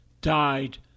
died